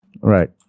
Right